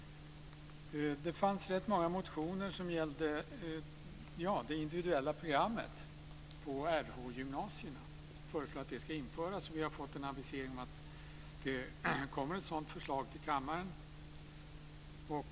Det fanns rätt många motioner som gällde det individuella programmet på RH-gymnasierna. Man föreslår att det ska införas, och vi har fått en avisering om att det kommer ett sådant förslag till kammaren.